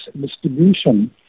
distribution